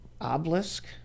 obelisk